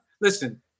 Listen